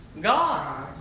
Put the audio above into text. God